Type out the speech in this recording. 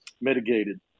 mitigated